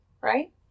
right